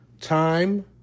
Time